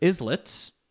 Islets